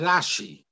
Rashi